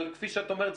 אבל כפי שאת אומרת,